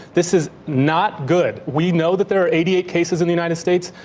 this is not good. we know that there are eighty eight cases in the united states.